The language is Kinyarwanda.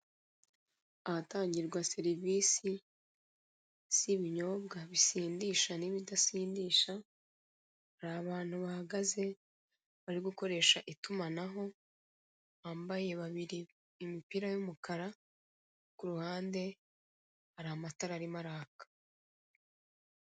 Ahatangirwa serivisi z'ibinyobwa bisindisha n'ibidasindisha, hari abantu bahagaze barigukoresha itumanaho, bambaye babiri imipira y'umukara kuruhande hari amatara arimo araka.